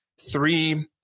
Three